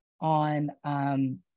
on